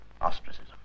ostracism